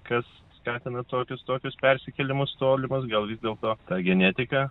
kas skatina tokius tokius persikėlimus tolimus gal vis dėlto ta genetika